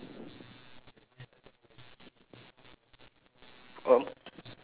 al~